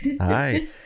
Hi